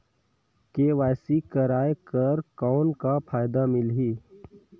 KYC कराय कर कौन का फायदा मिलही?